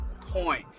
point